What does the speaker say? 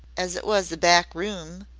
as it was a back room,